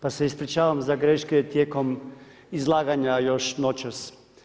Pa se ispričavam za greške tijekom izlaganja još noćas.